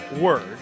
word